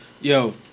Yo